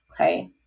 Okay